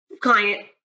client